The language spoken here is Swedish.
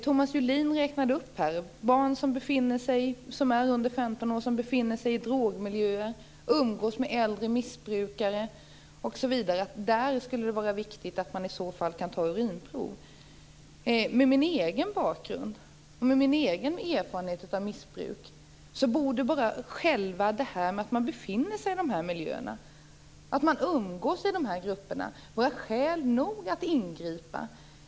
Thomas Julin nämnde barn under 15 år som befinner sig i drogmiljöer, som umgås med äldre missbrukare osv. och att det skulle vara viktigt att kunna ta urinprov i de fallen. Med min egen bakgrund och min egen erfarenhet av missbruk anser jag att bara själva detta att någon befinner sig i de här miljöerna, umgås i de här grupperna, är skäl nog att ingripa.